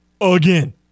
Again